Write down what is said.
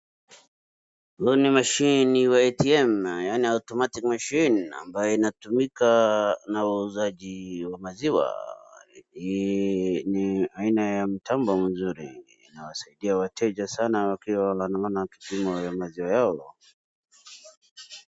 Hiyo ni mashine wa ATM , yaani automatic machine ambayo inatumika na wauzaji wa maziwa. Hii ni aina ya mtambo mzuri inawasaidia wateja sana wakiwa wanapima maziwa yao.